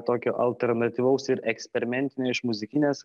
tokio alternatyvaus ir eksperimentinio iš muzikinės